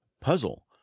Puzzle